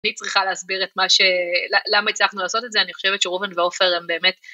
אני צריכה להסביר למה הצלחנו לעשות את זה, אני חושבת שרובן ועופר הם באמת...